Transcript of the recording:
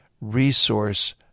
resource